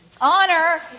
Honor